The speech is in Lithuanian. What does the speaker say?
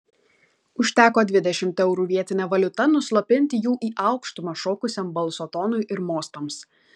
užteko dvidešimt eurų vietine valiuta nuslopinti jų į aukštumas šokusiam balso tonui ir mostams